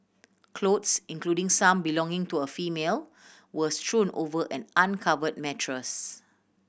clothes including some belonging to a female were strewn over an uncover mattress